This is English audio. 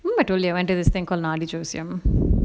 we I told you under the stand called knowledge of siam